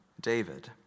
David